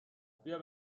بیا